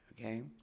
okay